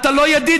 אתה לא ידיד,